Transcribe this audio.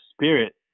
spirit